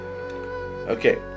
okay